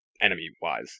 enemy-wise